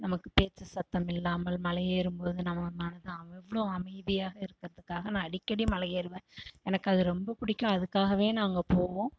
நமக்கு பேச்சு சத்தம் இல்லாமல் மலையேறும் போது நம்ம மனது அவ்வளோ அமைதியாக இருக்கிறதுக்காக நான் அடிக்கடி மலை ஏறுவேன் எனக்கு அது ரொம்ப பிடிக்கும் அதுக்காகவே நாங்கள் போவோம்